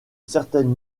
certaine